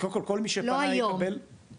קודם כל, כל מי שפנה יקבל -- לא היום.